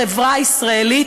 החברה הישראלית,